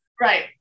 Right